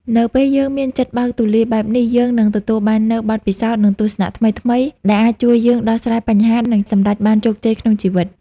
នៅពេលយើងមានចិត្តបើកទូលាយបែបនេះ យើងនឹងទទួលបាននូវ បទពិសោធន៍ និងទស្សនៈថ្មីៗ ដែលអាចជួយយើងដោះស្រាយបញ្ហា និងសម្រេចបានជោគជ័យក្នុងជីវិត។